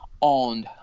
on